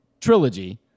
trilogy